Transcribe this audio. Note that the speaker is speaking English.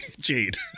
Jade